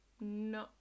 No